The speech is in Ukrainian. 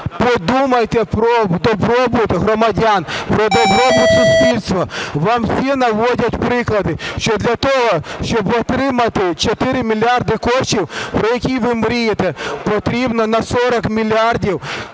подумайте про добробут громадян, про добробут суспільства. Вам всі наводять приклади, що для того, щоб отримати 4 мільярди коштів, про які ви мрієте, потрібно на 40 мільярдів